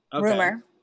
Rumor